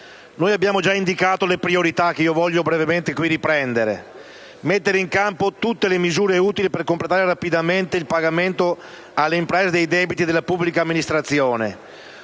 Noi abbiamo già indicato le priorità, che voglio qui brevemente riprendere: mettere in campo tutte le misure utili per completare rapidamente il pagamento alle imprese dei debiti della pubblica amministrazione,